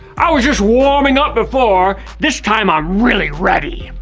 i was just warming up before. this time i'm really ready.